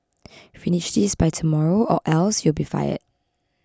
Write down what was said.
finish this by tomorrow or else you'll be fired